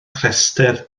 rhestr